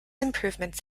improvements